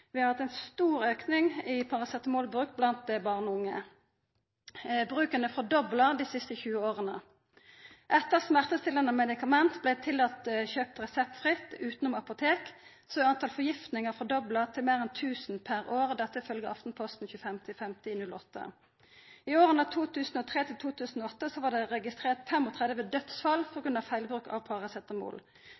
blant barn og unge. Bruken er fordobla dei siste 20 åra. Etter at det blei tillate å kjøpe smertestillande medikament reseptfritt utanom apotek, er talet på forgiftingar fordobla til meir enn 1 000 per år. Dette er ifølgje Aftenposten 25. mai 2008. I åra 2003–2008 var det registrert 35 dødsfall på grunn av feil bruk av paracetamol.